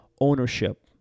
Ownership